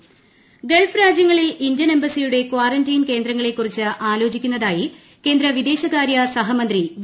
Muraleedharan Gulf രാജ്യങ്ങളിൽ Indian എംബസിയുടെ quarantine കേന്ദ്രങ്ങളെക്കുറിച്ച് ആലോചിക്കുന്നതായി കേന്ദ്ര വിദേശകാര്യ സഹമന്ത്രി വി